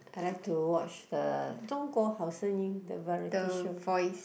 I like to watch the 中国好声音:Zhong Guo Hao Sheng Yin the variety show